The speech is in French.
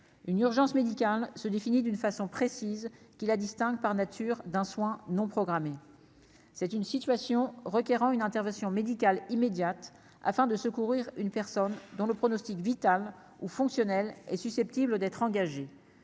une urgence médicale se définit d'une façon précise qui la distingue par nature d'un soins non programmés, c'est une situation requérant une intervention médicale immédiate afin de secourir une personne dont le pronostic vital au fonctionnel et susceptible d'être engagée